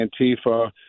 Antifa